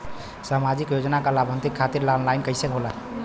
सामाजिक योजना क लाभान्वित खातिर ऑनलाइन कईसे होई?